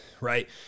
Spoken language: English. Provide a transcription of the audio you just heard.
Right